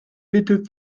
bitte